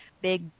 big